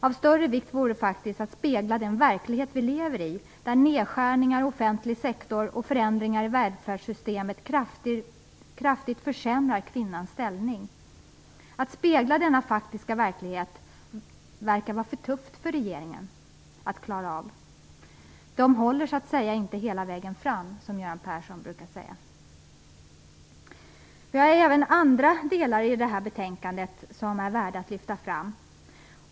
Av större vikt vore faktiskt att spegla den verklighet som vi lever i, där nedskärningar i offentlig sektor och förändringar i välfärdssystemet kraftigt försämrar kvinnans ställning. Att spegla denna faktiska verklighet verkar vara för tufft för regeringen. Den håller inte hela vägen fram, som Göran Persson brukar säga. Vi har även andra delar i detta betänkande som är värda att lyfta fram.